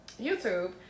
YouTube